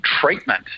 treatment